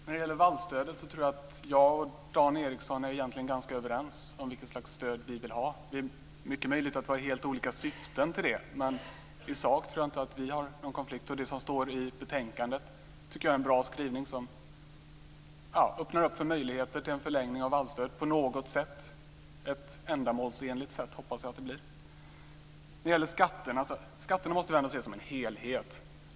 Fru talman! När det gäller vallstödet tror jag att Dan Ericsson och jag egentligen är ganska överens om vilket slags stöd vi vill ha. Det är mycket möjligt att vi har helt olika syften, men i sak tror jag inte att vi har någon konflikt. Det som står i betänkandet tycker jag är en bra skrivning som öppnar möjligheter till en förlängning av vallstödet på något sätt. Jag hoppas att det blir ett ändamålsenligt sätt. Skatterna måste ändå ses som en helhet.